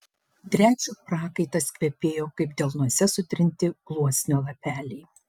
driadžių prakaitas kvepėjo kaip delnuose sutrinti gluosnio lapeliai